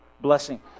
blessing